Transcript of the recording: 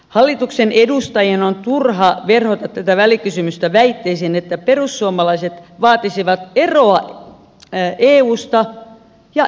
hallituksen edustajien on turha verhota tätä välikysymystä väitteisiin että perussuomalaiset vaatisivat eroa eusta ja eurosta